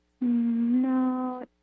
No